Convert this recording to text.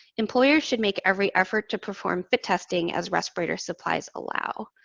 employers should make every effort to perform fit testing as respirator supplies allow.